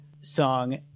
song